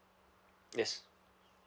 yes